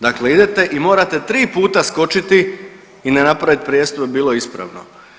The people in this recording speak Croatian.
Dakle, idete i morate 3 puta skočiti i ne napraviti prijestup da bi bilo ispravno.